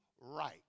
right